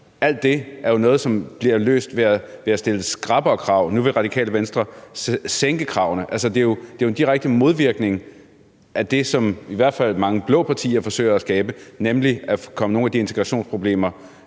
Alt det er jo noget, som bliver løst ved at stille skrappere krav, og nu vil Radikale Venstre sænke kravene. Altså, det er jo en direkte modvirkning af det, som i hvert fald mange blå partier forsøger at gøre, nemlig at komme nogle af de integrationsproblemer,